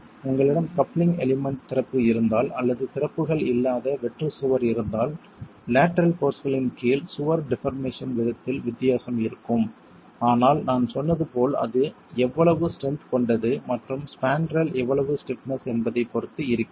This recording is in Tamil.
உங்களிடம் கப்ளிங் எலிமெண்ட் திறப்பு இருந்தால் அல்லது திறப்புகள் இல்லாத வெற்று சுவர் இருந்தால் லேட்டரல் போர்ஸ்களின் கீழ் சுவர் டிபார்மேசன் விதத்தில் வித்தியாசம் இருக்கும் ஆனால் நான் சொன்னது போல் அது எவ்வளவு ஸ்ட்ரென்த் கொண்டது மற்றும் ஸ்பாண்ட்ரல் எவ்வளவு ஸ்டிப்னஸ் என்பதைப் பொறுத்து இருக்கிறது